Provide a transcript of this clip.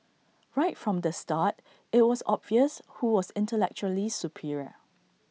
right from the start IT was obvious who was intellectually superior